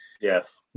Yes